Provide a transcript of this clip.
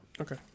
Okay